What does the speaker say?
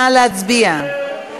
נא להצביע.